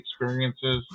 experiences